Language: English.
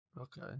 Okay